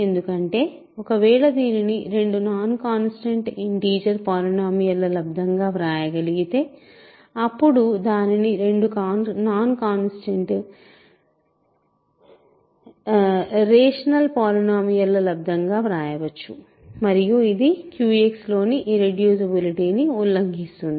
ఎందుకంటే ఒకవేళ దీనిని రెండు నాన్ కాన్స్టెంట్ ఇంటిజర్ పాలినోమియల్ ల లబ్దం గా వ్రాయగలిగితే అప్పుడు దానిని రెండు నాన్ కాన్స్టెంట్ రేషనల్ పాలినోమియల్ ల లబ్దం గా వ్రాయవచ్చు మరియు ఇది QX లోని ఇర్రెడ్యూసిబులిటీ ని ఉల్లంఘిస్తుంది